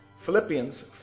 Philippians